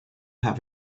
have